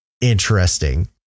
Interesting